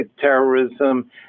terrorism